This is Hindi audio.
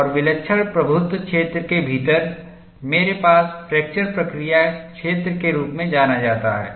और विलक्षण प्रभुत्व क्षेत्र के भीतर मेरे पास फ्रैक्चर प्रक्रिया क्षेत्र के रूप में जाना जाता है